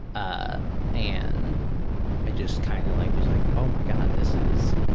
ah and i just kind of like was like, oh, my god, this is,